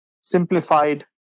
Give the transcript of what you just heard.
simplified